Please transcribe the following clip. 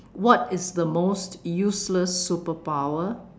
what is the most useless superpower